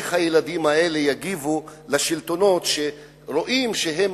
איך הילדים האלה יגיבו לשלטונות כשרואים שהם